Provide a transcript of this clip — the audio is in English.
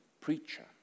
preacher